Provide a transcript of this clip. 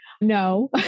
no